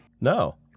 No